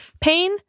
pain